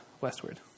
westward